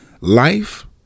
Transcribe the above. life